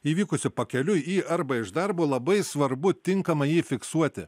įvykusiu pakeliui į arba iš darbo labai svarbu tinkamai jį fiksuoti